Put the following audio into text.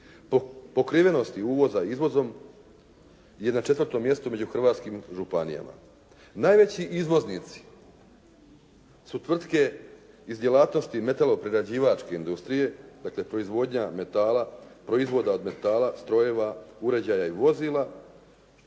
pokrivenosti uvoza i izvozom je na 4. mjestu među hrvatskim županijama. Najveći izvoznici su tvrtke iz djelatnosti metalo-prerađivačke industrije, dakle proizvodnja metala, proizvoda od metala, strojeva, uređaja i vozila,